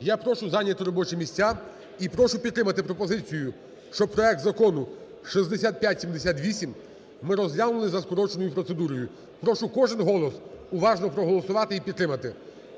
Я прошу зайняти робочі місця і прошу підтримати пропозицію, що проект Закону 6578 ми розглянули за скороченою процедурою. Прошу кожен голос уважно проголосувати і підтримати.